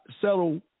settle